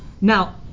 Now